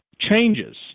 changes